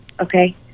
okay